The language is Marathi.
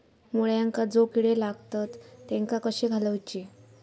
मुळ्यांका जो किडे लागतात तेनका कशे घालवचे?